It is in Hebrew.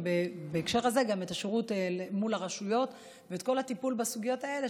ובהקשר הזה גם את השירות מול הרשויות ואת כל הטיפול בסוגיות האלה,